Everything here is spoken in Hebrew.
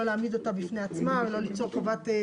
להעמיד אותה בפני עצמה ולא ליצור חובה פלילית